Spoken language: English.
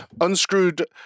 unscrewed